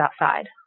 outside